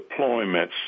deployments